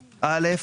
ראית?